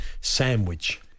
sandwich